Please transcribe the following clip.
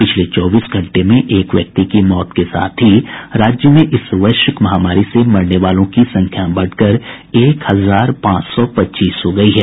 पिछले चौबीस घंटे में एक व्यक्ति की मौत के साथ ही राज्य में इस वैश्विक महामारी से मरने वालों की संख्या बढ़कर एक हजार पांच सौ पच्चीस हो गई है